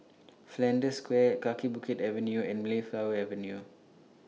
Flanders Square Kaki Bukit Avenue and Mayflower Avenue